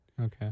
Okay